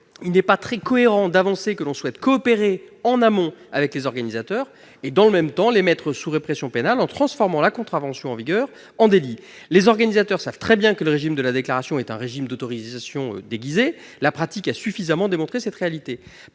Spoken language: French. il n'est pas très cohérent d'avancer que l'on souhaite coopérer en amont avec les organisateurs et, dans le même temps, les mettre sous répression pénale en transformant la contravention en vigueur en délit. Les organisateurs savent très bien que le régime de la déclaration est un régime d'autorisation déguisée. La pratique a suffisamment démontré cette réalité.